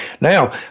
Now